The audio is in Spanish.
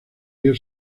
río